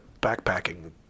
backpacking